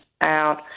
out